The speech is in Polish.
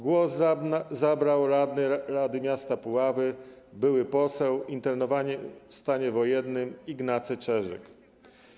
Głos zabrał radny rady miasta Puławy, były poseł internowany w stanie wojennym Ignacy Czeżyk.